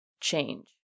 change